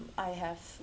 I have